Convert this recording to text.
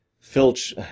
Filch